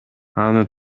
аны